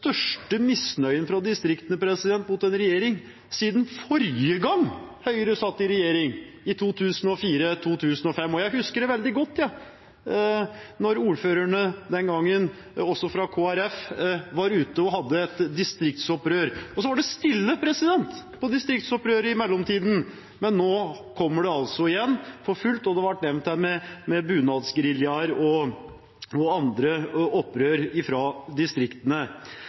misnøyen fra distriktene mot en regjering siden forrige gang Høyre satt i regjering, i 2004/2005. Jeg husker veldig godt da ordførerne, også fra Kristelig Folkeparti, den gangen var ute og hadde et distriktsopprør. Så var det stille med tanke på distriktsopprør i mellomtiden, men nå kommer det altså igjen for fullt. Dette med bunadsgeriljaer og andre opprør fra distriktene ble nevnt her. Det er klart det blir opprør